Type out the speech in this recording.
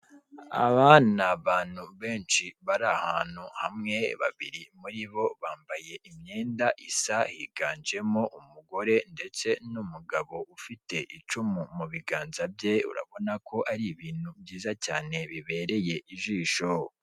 Aba abantu benshi bari ahantu hamwe babiri muri bo bambaye imyenda isa, higanjemo umugore ndetse n'umugabo ufite icumu mu biganza bye. Urabona ko ari ibintu byiza cyane bibereye ijisho.